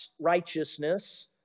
righteousness